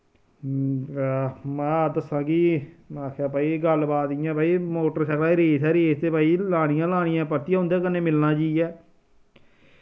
मैं दस्सां कि मैं आखेआ भाई एह् गल्ल बात इ'यां भाई मोटरसैकला भाई रेस ऐ रेस ते भाई लानी गै लानी ऐ परतियै उं'दे कन्नै मिलना जाइयै